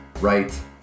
right